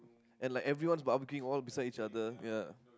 and like everyone's barbecuing all beside each other ya